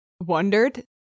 wondered